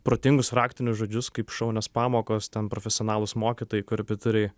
protingus raktinius žodžius kaip šaunios pamokos ten profesionalūs mokytojai korepetitoriai